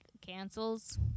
Cancels